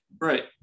Right